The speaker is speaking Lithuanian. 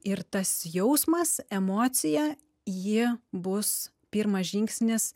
ir tas jausmas emocija ji bus pirmas žingsnis